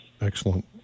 Excellent